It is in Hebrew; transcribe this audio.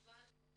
טוב.